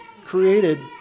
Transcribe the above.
created